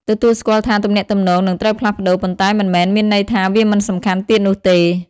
ទទួលស្គាល់ថាទំនាក់ទំនងនឹងត្រូវផ្លាស់ប្តូរ ប៉ុន្តែមិនមែនមានន័យថាវាមិនសំខាន់ទៀតនោះទេ។